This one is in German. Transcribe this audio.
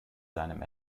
seinem